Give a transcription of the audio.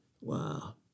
Wow